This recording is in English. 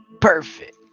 Perfect